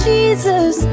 Jesus